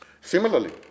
Similarly